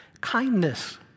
Kindness